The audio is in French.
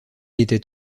était